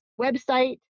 website